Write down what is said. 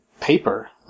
paper